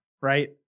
right